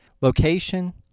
Location